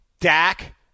Dak